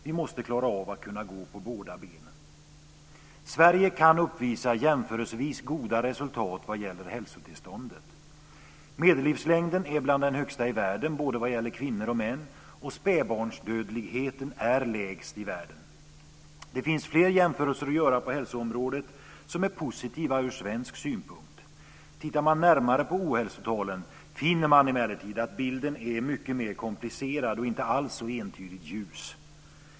Vi måste klara av att gå på båda benen. Sverige kan uppvisa jämförelsevis goda resultat vad gäller hälsotillståndet. Medellivslängden är bland de högsta i världen vad gäller både kvinnor och män, och spädbarnsdödligheten är lägst i världen. Det finns fler jämförelser att göra på hälsoområdet som är positiva ur svensk synpunkt. Tittar man närmare på ohälsotalen finner man emellertid att bilden är mycket mer komplicerad och inte alls så entydigt ljus.